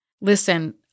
Listen